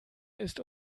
ist